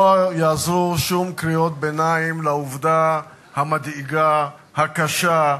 לא יעזרו שום קריאות ביניים לעובדה המדאיגה, הקשה,